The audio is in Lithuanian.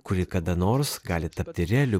kuri kada nors gali tapti realiu